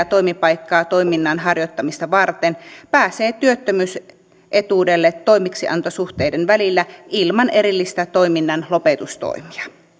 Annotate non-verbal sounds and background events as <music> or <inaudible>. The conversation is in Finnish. <unintelligible> toimipaikkaa toiminnan harjoittamista varten pääsee työttömyysetuudelle toimeksiantosuhteiden välillä ilman erillisiä toiminnanlopetustoimia